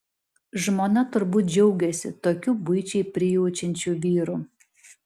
žmona turbūt džiaugiasi tokiu buičiai prijaučiančiu vyru